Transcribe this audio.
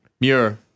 Muir